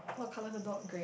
what color her dog